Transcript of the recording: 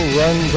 run